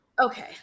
Okay